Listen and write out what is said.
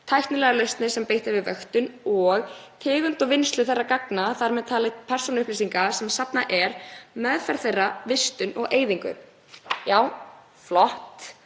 tæknilegar lausnir sem beitt er við vöktun, og c. tegund og vinnslu þeirra gagna, þ.m.t. persónuupplýsinga, sem safnað er, meðferð þeirra, vistun og eyðingu.“ Já, flott.